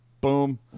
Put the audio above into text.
boom